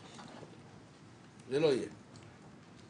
לתקצוב ריאלי של כל החינוך המיוחד במוכש"ר,